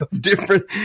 different